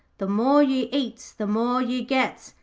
the more you eats the more you gets.